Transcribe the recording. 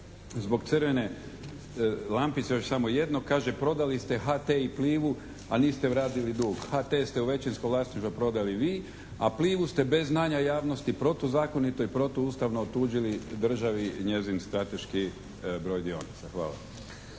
Zbog crvene lampice još samo jedno. Kaže prodali ste HT i "Plivu", a niste vratili dug. HT ste u većinskom vlasništvu prodali vi, a "Plivu" ste bez znanja javnosti protuzakonito i protuustavno otuđili državi njezin strateški broj dionica. Hvala.